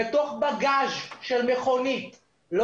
בתוך בגאז' אחורי של מכונית ושאין התעללות?